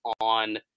on